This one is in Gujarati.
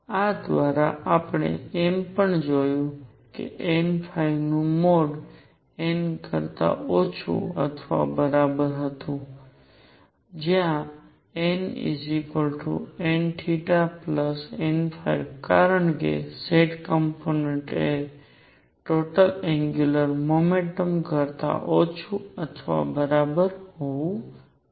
આ દ્વારા આપણે એમ પણ જોયું કે n નું મોડ n કરતાં ઓછું અથવા બરાબર હતું જ્યાં nnn કારણ કે z કોમ્પોનેંટ એ ટોટલ ગ્યુંલર મોમેન્ટમ કરતા ઓછું અથવા બરાબર હોવું જોઈએ